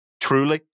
truly